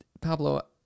Pablo